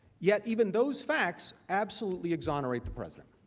yet even those facts absolutely exonerate the president